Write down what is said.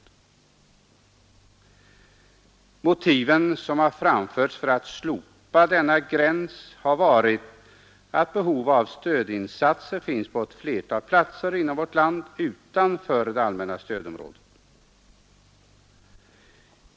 De motiv som anförts för att slopa denna gräns har varit att behov av stödinsatser finns på ett flertal platser inom vårt land utanför allmänna stödområdet.